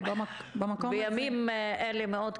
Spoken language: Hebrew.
משפט כזה מאוד קשה בימים אלה.